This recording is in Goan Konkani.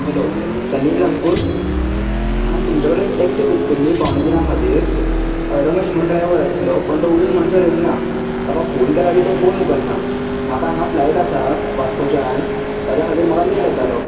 हॅलो सान्वी ट्रांस्पोट हांवें तुमचे कडेन टॅक्सी बुक केल्ली पावणे तिनांक खातीर रमेश म्हणून ड्रायवर आसलो पूण तो अजून म्हणसर येवंक ना ताका फोन केल्यार तो फोन उखलना म्हाका हांगा फ्लायट आसा वास्कोच्यान ताच्या खातीर म्हाका लेट जातालो